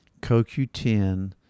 CoQ10